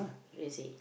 you don't say